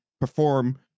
perform